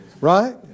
right